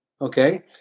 Okay